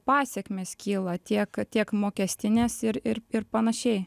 pasekmės kyla tiek kad tiek mokestinės ir ir ir panašiai